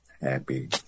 happy